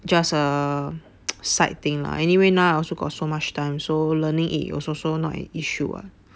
just a side thing lah anyway now I also got so much time so learning it is also not an issue [what]